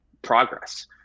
progress